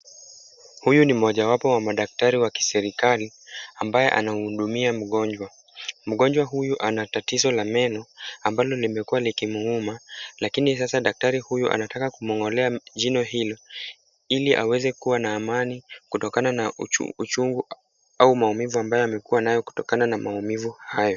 Huyu ni mojawapo wa madaktari wa kiserikali ambaye anahudumia mgonjwa. Mgonjwa huyu ana tatizo la meno ambalo limekuwa likimuuma lakini sasa daktari huyu anataka kumng'olea jino hilo ili aweze kuwa na amani kutokana na uchungu au maumivu ambayo amekuwa nayo kutokana na maumivu hayo.